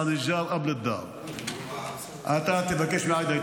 השכן לפני שעל הבית.) אתה תבקש מעאידה,